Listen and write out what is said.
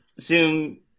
Zoom